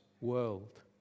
world